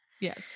Yes